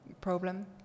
problem